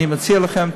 אני מציע לכם,